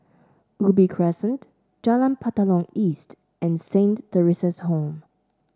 Ubi Crescent Jalan Batalong East and Saint Theresa's Home